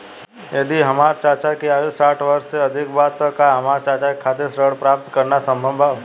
यदि हमार चाचा के आयु साठ वर्ष से अधिक बा त का हमार चाचा के खातिर ऋण प्राप्त करना संभव बा?